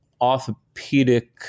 orthopedic